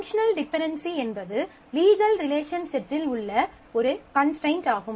functional dependency என்பது legal relation செட்டில் உள்ள ஒரு கன்ஸ்ட்ரைண்ட் ஆகும்